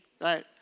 right